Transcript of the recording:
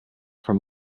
from